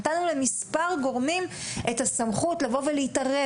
נָתַנּוּ למספר גורמים את הסמכות לבוא ולהתערב